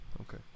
Okay